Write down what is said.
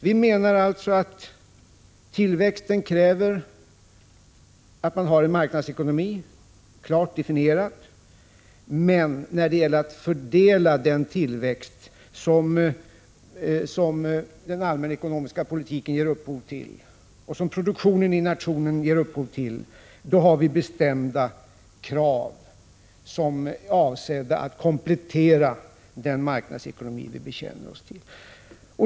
Vi menar alltså att tillväxten kräver att man har en marknadsekonomi klart definierad, men när det gäller att fördela den tillväxt som den allmänna ekonomiska politiken och produktionen i nationen ger upphov till, har vi bestämda krav som är avsedda att komplettera den marknadsekonomi vi bekänner oss till.